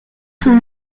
son